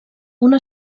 una